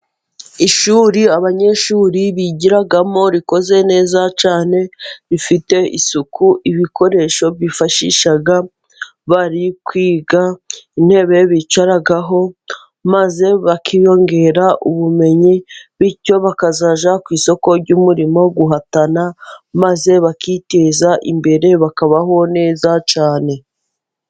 Ishuri abanyeshuri bigiramo, rikoze neza cyane, rifite isuku, ibikoresho bifashisha bari kwiga, intebe bicaraho, maze bakiyongera ubumenyi, bityo bakazajya ku isoko ry'umurimo guhatana, maze bakiteza imbere, bakabaho neza cyane.